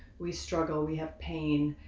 we struggle, we have pain.